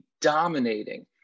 dominating